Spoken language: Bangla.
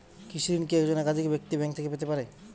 কৃষিঋণ কি একজন একাধিক ব্যাঙ্ক থেকে পেতে পারে?